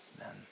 Amen